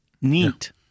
Neat